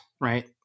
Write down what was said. right